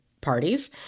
parties